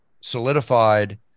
solidified